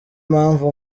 mpamvu